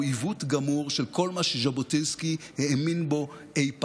הוא עיוות גמור של כל מה שז'בוטינסקי האמין בו אי פעם.